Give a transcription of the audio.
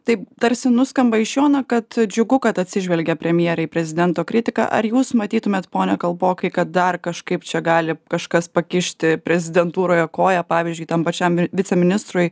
taip tarsi nuskamba iš jo na kad džiugu kad atsižvelgia premjerė į prezidento kritiką ar jūs matytumėt pone kalpokai kad dar kažkaip čia gali kažkas pakišti prezidentūroje koją pavyzdžiui tam pačiam viceministrui